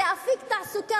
זה אפיק תעסוקה,